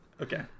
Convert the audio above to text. Okay